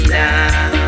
now